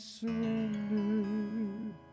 surrender